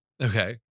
Okay